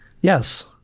Yes